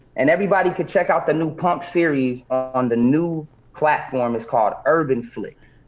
and everybody could check out the new pump series on the new platform, it's called urbanflix,